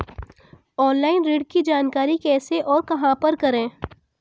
Online ऋण की जानकारी कैसे और कहां पर करें?